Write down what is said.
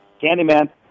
Candyman